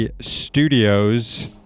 Studios